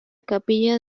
capilla